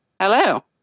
Hello